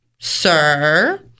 Sir